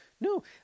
no